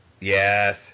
Yes